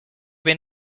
been